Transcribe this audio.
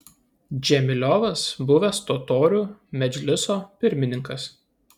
džemiliovas buvęs totorių medžliso pirmininkas